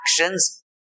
actions